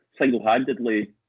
single-handedly